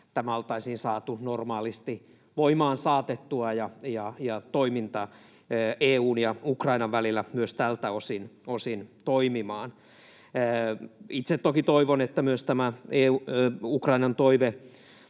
että tämä oltaisiin saatu normaalisti voimaan saatettua ja toiminta EU:n ja Ukrainan välillä myös tältä osin toimimaan. Itse toki toivon, että myös tämä Ukrainan toive